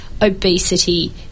obesity